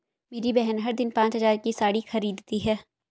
मेरी बहन हर दिन पांच हज़ार की साड़ी खरीदती है